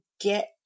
get